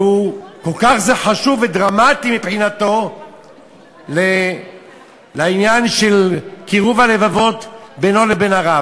וזה כל כך חשוב ודרמטי מבחינתו לעניין של קירוב הלבבות בינו לבין הרב.